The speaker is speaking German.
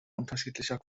unterschiedlicher